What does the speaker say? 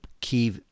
key